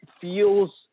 feels